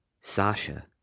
Sasha